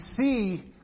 see